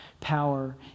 power